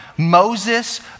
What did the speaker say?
Moses